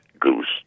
goose